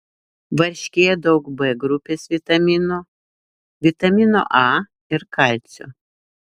varškėje daug b grupės vitaminų vitamino a ir kalcio